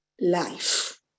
life